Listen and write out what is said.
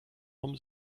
vom